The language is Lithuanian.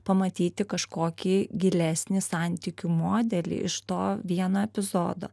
pamatyti kažkokį gilesnį santykių modelį iš to vieno epizodo